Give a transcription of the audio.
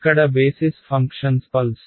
ఇక్కడ basis functions pulse